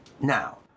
Now